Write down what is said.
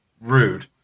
Rude